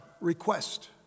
request